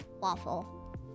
waffle